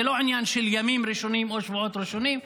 זה לא עניין של ימים ראשונים או שבועות ראשונים.